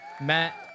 Matt